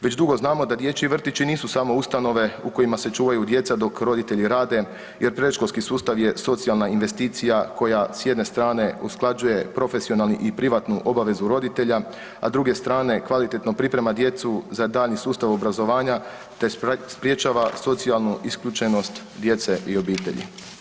Već dugo znamo da dječji vrtići nisu samo ustanove u kojima se čuvaju djeca dok roditelji rade jer predškolski sustav je socijalna investicija koja s jedne strane usklađuje profesionalni i privatnu obvezu roditelja, a s druge strane kvalitetno priprema djecu za daljnji sustav obrazovanja, te sprječava socijalnu isključenost djece i obitelji.